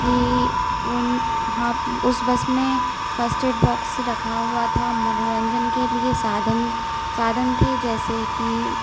कि उन हाँ उस बस में फ़र्स्ट ऐड बॉक्स रखा हुआ था मनोरंजन के लिए साधन साधन थे जैसे कि